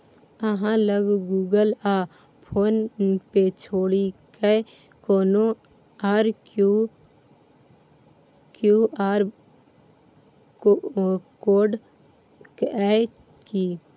अहाँ लग गुगल आ फोन पे छोड़िकए कोनो आर क्यू.आर कोड यै कि?